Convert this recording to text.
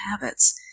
habits